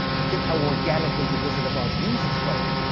and think how organically the wizard of oz uses color.